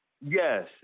Yes